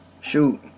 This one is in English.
Shoot